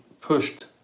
pushed